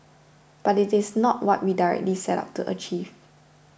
but it is not what we directly set out to achieve